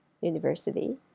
university